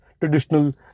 traditional